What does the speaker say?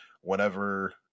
whenever